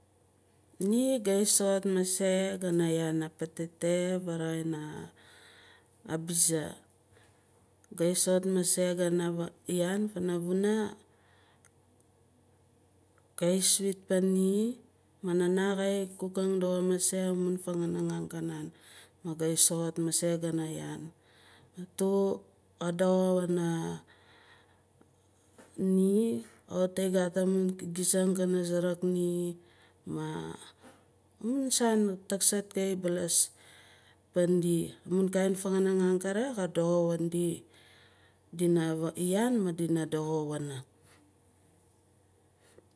Ni ga soxot mase gana yaan a patete varaxing a bize ga soxot mase gana yaan panvuna kaiyi swit pana ni maah nana kaiyi cookang doxo mase amun fanganang angkanan ga soxot mase gana yaan. Maah tu ka doxo waana ni kawit amun gizang kana suruk ni mah amun saan taksart kaiyi baalas paan di amun kain fanganing angkere ka doxo waan di dina yaan ma dina doxo waana.